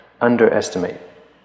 underestimate